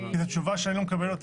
כי זאת תשובה שאני לא מקבל אותה.